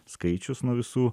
skaičius nuo visų